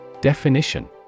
Definition